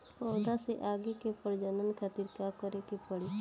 पौधा से आगे के प्रजनन खातिर का करे के पड़ी?